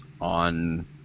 on